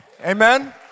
Amen